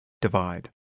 divide